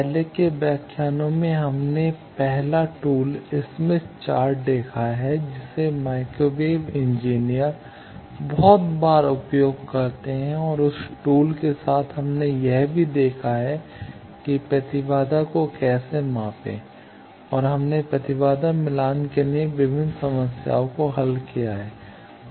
पहले के व्याख्यानों में हमने पहला टूल स्मिथ चार्ट देखा है जिसे माइक्रोवेव इंजीनियर बहुत बार उपयोग करते हैं और उस टूल के साथ हमने यह भी देखा है कि प्रतिबाधा को कैसे मापें और हमने प्रतिबाधा मिलान के लिए विभिन्न समस्याओं को हल किया है